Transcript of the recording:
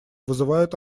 вызывают